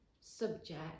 subject